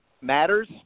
matters